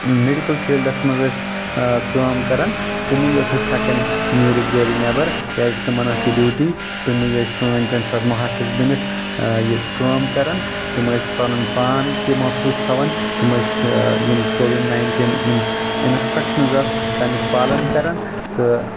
medical fields منٛز ٲسۍ کٲم کران تِمٕے یوت ٲسۍ ہٮ۪کان نیٖرِتھ گرِ نٮ۪بر کیٛازِ تِمن ٲسۍ یہِ ڈیوٗٹی تِمٕے ٲسۍ سٲنۍ تمہِ ساتہٕ مُحافظ بٔنِتھ یہِ کٲم کران تِم ٲسۍ پنُن پان تہِ محفوظ تھوان تِم أسۍ یم کووِڈ نایِنٹیٖن یِم انسٹرکشنٕز تمیُک پالن کران تہٕ